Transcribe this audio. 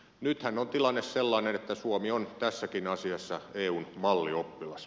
nythän on tilanne sellainen että suomi on tässäkin asiassa eun mallioppilas